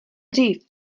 dřív